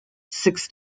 six